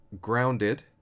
Grounded